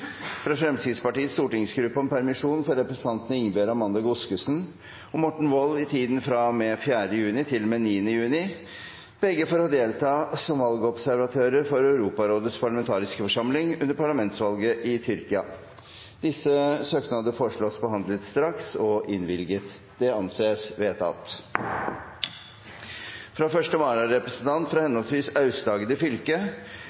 fra Fremskrittspartiets stortingsgruppe om permisjon for representantene Ingebjørg Amanda Godskesen og Morten Wold i tiden fra og med 4 juni til og med 9. juni – begge for å delta som valgobservatører for Europarådets parlamentariske forsamling under parlamentsvalget i Tyrkia Disse søknadene foreslås behandlet straks og innvilget. – Det anses vedtatt. Fra første vararepresentant for henholdsvis Aust-Agder fylke,